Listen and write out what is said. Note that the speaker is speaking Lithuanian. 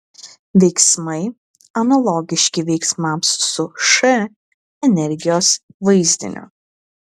veiksmai analogiški veiksmams su š energijos vaizdiniu